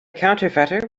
counterfeiter